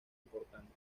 importante